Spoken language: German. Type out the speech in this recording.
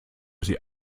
sie